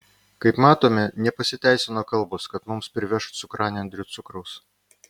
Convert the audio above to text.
kaip matome nepasiteisino kalbos kad mums priveš cukranendrių cukraus